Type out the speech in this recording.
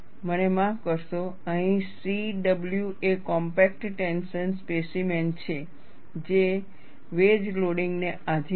મને માફ કરશો અહીં C W એ કોમ્પેક્ટ ટેન્શન સ્પેસીમેન છે જે વેજ લોડિંગ ને આધિન છે